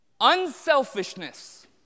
Unselfishness